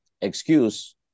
excuse